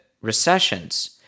recessions